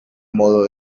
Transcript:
modo